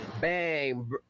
Bang